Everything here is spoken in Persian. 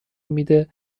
میده